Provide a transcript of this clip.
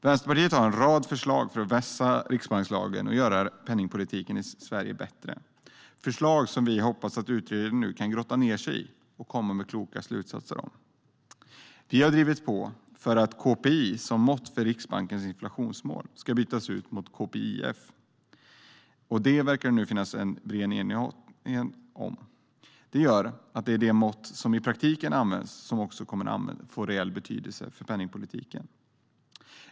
Vänsterpartiet har en rad förslag för att vässa riksbankslagen och göra penningpolitiken i Sverige bättre, förslag som vi nu hoppas att utredningen kan grotta ned sig i och komma med kloka slutsatser om. Vi har drivit på för att KPI som mått för Riksbankens inflationsmål ska bytas ut mot KPIF, vilket det nu verkar finnas en bred enighet om. Det gör att det mått som i praktiken används också blir det som har reell betydelse för penningpolitiken.